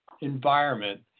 environment